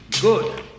good